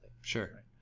Sure